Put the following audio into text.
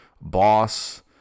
boss